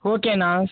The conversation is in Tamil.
ஓகே அண்ணா